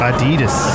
Adidas